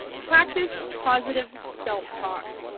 practice positive self-talk.